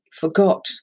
forgot